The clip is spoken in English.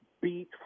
beat